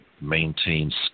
maintains